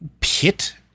pit